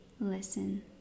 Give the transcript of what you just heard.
listen